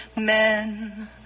men